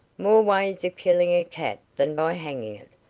more ways of killing a cat than by hanging it.